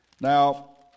Now